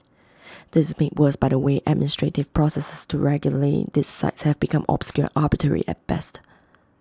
this is made worse by the way administrative processes to regulate these sites have been obscure arbitrary at best